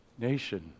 nation